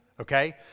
Okay